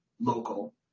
local